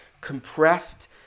compressed